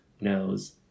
knows